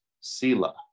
sila